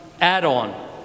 add-on